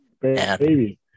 baby